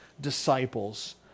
disciples